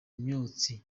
myotsi